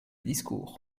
discours